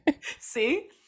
See